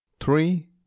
three